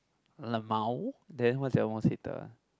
lmao then what's your most hated one